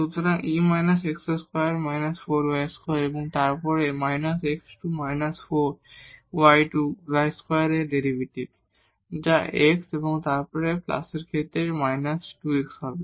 সুতরাং e − x2−4 y2 এবং তারপর এই −x2−4 y2 এর ডেরিভেটিভ যা x এবং তারপর প্লাসের ক্ষেত্রে −2 x হবে